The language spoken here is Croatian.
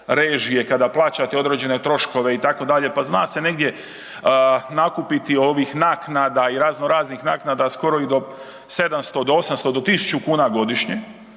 režije, kada plaćate određene troškove, itd., pa zna se negdje nakupiti ovih naknada i razno raznih naknada skoro i do 700 do 800, do 1000 kuna godišnje.